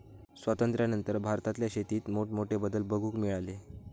स्वातंत्र्यानंतर भारतातल्या शेतीत मोठमोठे बदल बघूक मिळाले